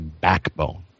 backbone